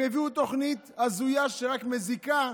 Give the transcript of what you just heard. הם הביאו תוכנית הזויה, שרק מזיקה